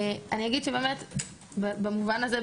אז אני אגיד שבאמת במובן הזה,